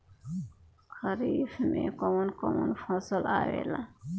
खरीफ में कौन कौन फसल आवेला?